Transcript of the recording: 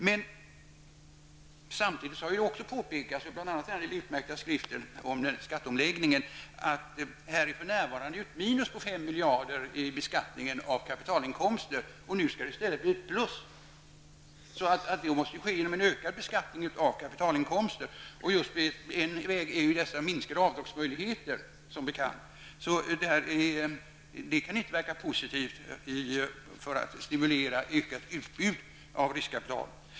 Men samtidigt har påpekats, bl.a. i den utmärkta skriften om skatteomläggningen, att här råder för närvarande ett minus på 5 miljarder i beskattningen av kapitalinkomster. Nu skall det i stället bli ett plus. Det måste ske med en ökad beskattning av kapitalinkomster. En väg, som bekant, är dessa minskade möjligheter till avdrag. Det kan inte verka positivt för att stimulera ett ökat utbud av riskkapital.